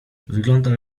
wyglądał